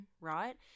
right